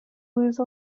lose